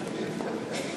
שלום זה גם חשוב.